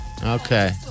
Okay